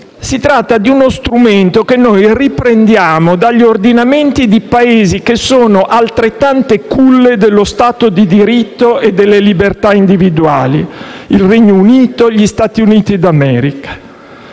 Si tratta di uno strumento che noi riprendiamo dagli ordinamenti di Paesi che sono altrettante culle dello Stato di diritto e delle libertà individuali: il Regno Unito e gli Stati Uniti d'America.